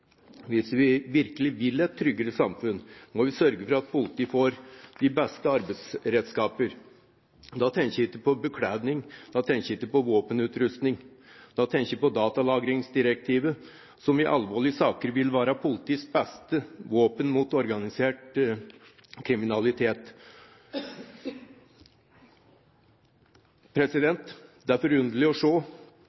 Hvis vi virkelig mener det, hvis vi virkelig vil et tryggere samfunn, må vi sørge for at politiet får de beste arbeidsredskaper. Da tenker jeg ikke på bekledning, jeg tenker ikke på våpenutrustning. Da tenker jeg på datalagringsdirektivet, som i alvorlige saker vil være politiets beste våpen mot organisert kriminalitet.